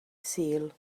sul